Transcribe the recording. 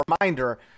reminder